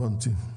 הבנתי.